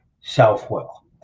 self-will